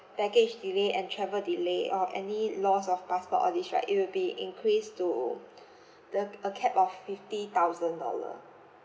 baggage delay and travel delay or any loss of passport all this right it will be increased to the a cap of fifty thousand dollar